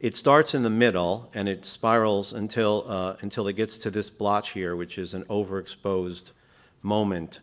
it starts in the middle and it spirals until ah until it gets to this blotch here which is an over-exposed moment